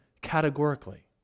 categorically